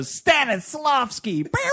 Stanislavski